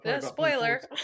spoiler